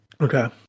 Okay